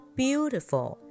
beautiful